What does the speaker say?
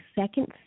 second